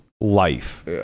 life